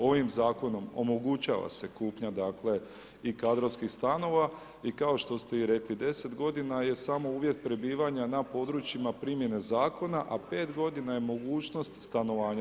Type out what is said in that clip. Ovim zakonom omogućava se kupnja dakle i kadrovskih stanova i kao što ste i rekli 10 godina je samo uvjet prebivanja na područjima primjene zakona, a 5 godina je mogućnost stanovanja.